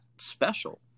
special